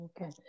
Okay